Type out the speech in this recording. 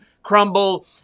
Crumble